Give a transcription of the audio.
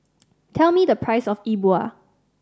tell me the price of E Bua